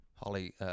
Holly